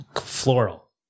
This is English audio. floral